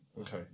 Okay